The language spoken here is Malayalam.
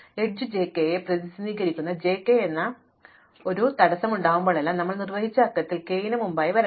എഡ്ജ് j k യെ പ്രതിനിധീകരിക്കുന്ന j k എന്ന രൂപത്തിന്റെ ഒരു തടസ്സം ഉണ്ടാകുമ്പോഴെല്ലാം നമ്മൾ നിർവ്വഹിച്ച അക്കത്തിൽ k ന് മുമ്പായി വരണം